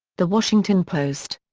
the washington post.